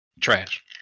Trash